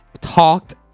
talked